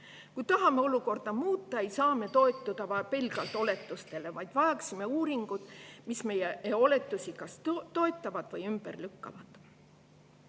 Kui tahame olukorda muuta, ei saa me toetuda pelgalt oletustele, vaid vajaksime uuringuid, mis meie oletusi kas toetavad või ümber lükkavad.